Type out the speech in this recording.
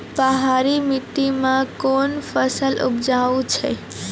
पहाड़ी मिट्टी मैं कौन फसल उपजाऊ छ?